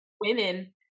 women